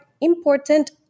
important